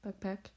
backpack